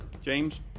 James